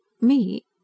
Me